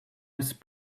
his